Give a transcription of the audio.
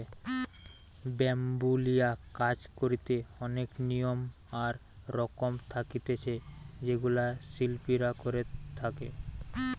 bamboo লিয়া কাজ করিতে অনেক নিয়ম আর রকম থাকতিছে যেগুলা শিল্পীরা করে থাকে